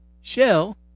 Shell